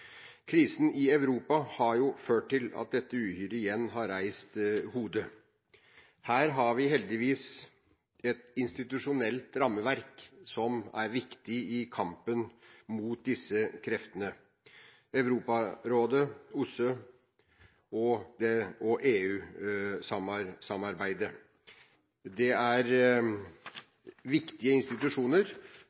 Krisen i Europa har jo ført til at dette uhyret igjen har reist hodet, også her. Her har vi heldigvis et institusjonelt rammeverk som er viktig i kampen mot disse kreftene – Europarådet, OSSE og EU-samarbeidet. Det er viktige institusjoner,